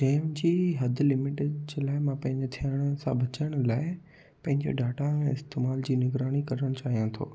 जंहिं जी हदि लिमिटिड जे लाइ मां पंहिंजे थिअण सां बचण लाइ पंहिंजे डाटा इस्तेमालु जी निगराणी करणु चाहियां थो